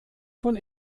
von